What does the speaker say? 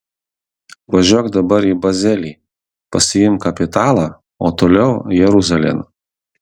važiuok dabar į bazelį pasiimk kapitalą o toliau jeruzalėn